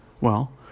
Well